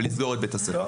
ולסגור את בית הספר.